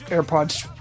Airpods